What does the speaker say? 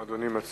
מה אדוני מציע?